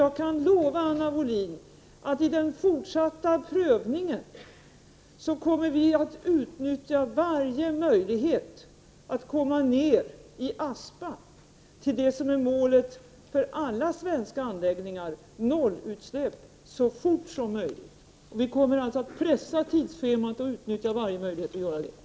Jag kan lova Anna Wohlin-Andersson att vi i den fortsatta prövningen kommer att utnyttja varje möjlighet att så fort som möjligt komma ned i Aspa till det som är målet för alla svenska anläggningar, nämligen nollutsläpp. Vi kommer alltså att pressa tidsschemat och utnyttja varje möjlighet att nå detta mål.